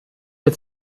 wir